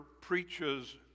preaches